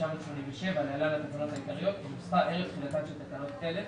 התשמ"ז-1987 (להלן התקנות העיקריות) כנוסחה ערב תחילתן של תקנות אלה